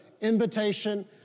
invitation